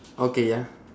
okay ya